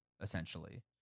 essentially